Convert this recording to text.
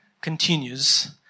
continues